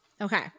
Okay